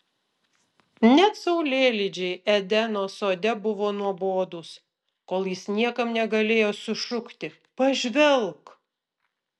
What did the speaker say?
net saulėlydžiai edeno sode buvo nuobodūs kol jis niekam negalėjo sušukti pažvelk